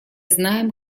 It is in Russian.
знаем